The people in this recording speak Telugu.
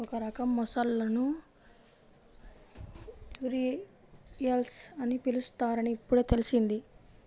ఒక రకం మొసళ్ళను ఘరియల్స్ అని పిలుస్తారని ఇప్పుడే తెల్సింది